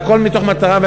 והכול מתוך מטרה,